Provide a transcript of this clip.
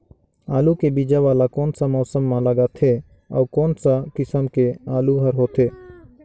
आलू के बीजा वाला कोन सा मौसम म लगथे अउ कोन सा किसम के आलू हर होथे?